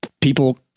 people